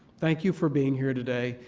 thank you for being here today.